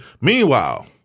Meanwhile –